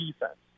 defense